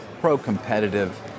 pro-competitive